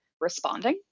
responding